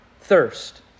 thirst